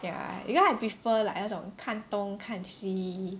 ya because I prefer 那种看东看西